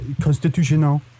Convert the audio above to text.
Constitutional